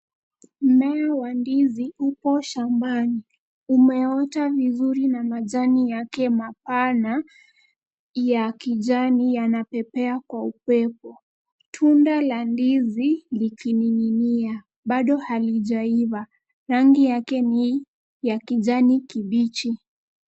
Mmea wa ndizi upo shambani. Umeota vizuri na majani yake mapana ya kijani yanapepea kwa upepo. Tunda la ndizi likining'inia bado halijaiva. Rangi yake ni ya kijani kibichi.